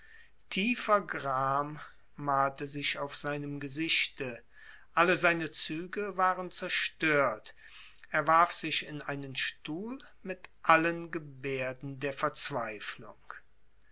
tiefer gram malte sich auf seinem gesichte alle seine züge waren zerstört er warf sich in einen stuhl mit allen gebärden der verzweiflung